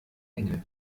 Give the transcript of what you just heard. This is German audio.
engel